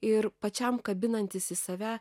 ir pačiam kabinantis į save